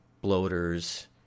bloaters